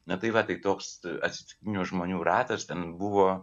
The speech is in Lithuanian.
na tai va tai toks atsitiktinių žmonių ratas ten buvo